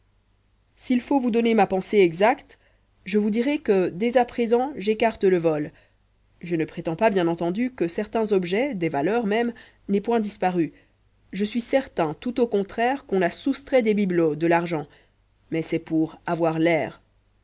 s'il faut vous donner ma pensée exacte je vous dirai que dès à présent j'écarte le vol je ne prétends pas bien entendu que certains objets des valeurs même n'aient point disparu je suis certain tout au contraire qu'on a soustrait des bibelots de l'argent mais c'est pour avoir l'air